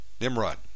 Nimrod